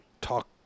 talk